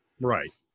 Right